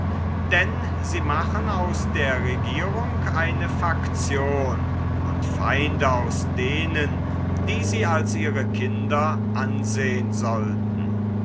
denn sie machen aus der regierung eine faktion und feinde aus denen die sie als ihre kinder ansehen sollten